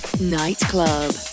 Nightclub